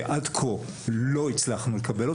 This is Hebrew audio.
שעד כה לא הצלחנו לקבל.